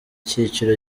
cyiciro